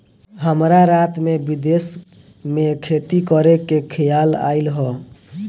हमरा रात में विदेश में खेती करे के खेआल आइल ह